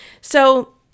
So-